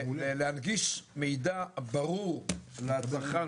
להנגיש מידע ברור לצרכן.